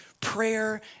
Prayer